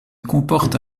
comporte